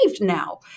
now